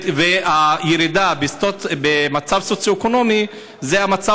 והירידה במצב הסוציו-אקונומי זה המצב,